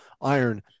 iron